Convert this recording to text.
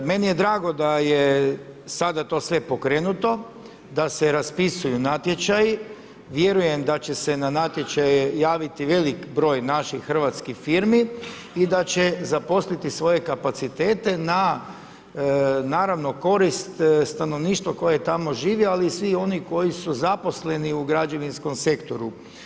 Meni je drago da je sada to sve pokrenuto, da se raspisuju natječaji, vjerujem da će se na natječaje javiti velik broj naših hrvatskih firmi i da će zaposliti svoje kapacitete na, naravno korist stanovništva koje tamo živi, ali svih onih koji su zaposleni u građevinskom sektoru.